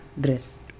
dress